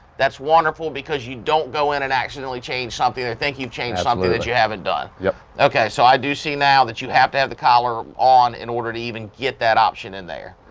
that's wonderful because you don't go in and accidentally change something or think you've changed um something that you haven't done. yeah okay so i do see now that you have to have the collar on in order to even get that option in there.